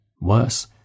Worse